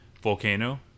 volcano